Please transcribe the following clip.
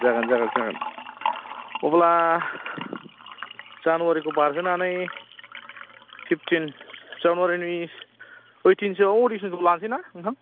जागोन जागोन जागोन अब्ला जानुवारिखौ बारहोनानै फिभटिन जानुवारिनि ओइटिनसोआव अडिसनखौ लानोसैना नोंथां